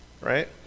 right